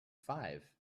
five